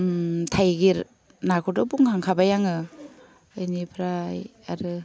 थाइगिर नाखौथ' बुंखांखाबाय आङो बेनिफ्राय आरो